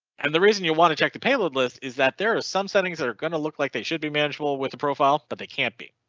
and the reason you want to check the payload list is that there are some settings that are going to look like they should be manageable with the profile but they can't be.